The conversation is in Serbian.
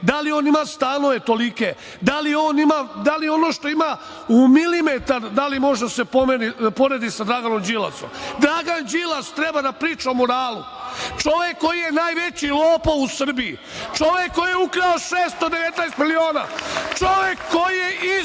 da li on ima stanove tolike, da li ono što ima u milimetar može da se poredi sa Draganom Đilasom? Dragan Đilas treba da priča o moralu, čovek koji je najveći lopov u Srbiji, čovek koji je ukrao 619 miliona, čovek koji je izdao